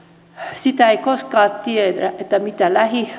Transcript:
sitä ei koskaan tiedä mitä